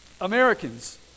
Americans